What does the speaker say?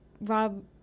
Rob